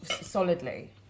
solidly